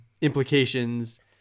implications